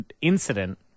incident